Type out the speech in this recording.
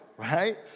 Right